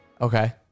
Okay